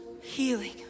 healing